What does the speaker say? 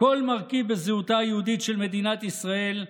כל מרכיב בזהותה היהודית של מדינת ישראל,